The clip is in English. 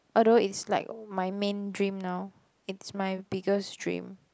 although it's like my main dream now it's my biggest dream